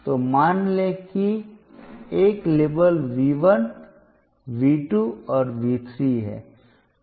तो मान लें कि एक लेबल V 1 V 2 और V 3 है